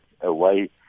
away